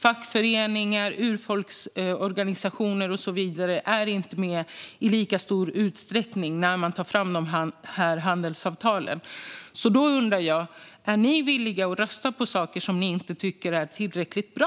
Fackföreningar, urfolksorganisationer och så vidare är inte med i lika stor utsträckning när handelsavtal tas fram. Jag undrar därför: Är ni villiga att rösta för saker som ni inte tycker är tillräckligt bra?